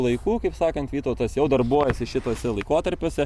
laiku kaip sakant vytautas jau darbuojasi šituose laikotarpiuose